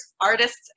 artists